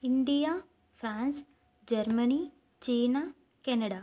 India France Germany China Canada